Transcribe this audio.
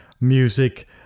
music